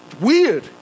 weird